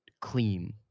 clean